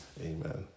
Amen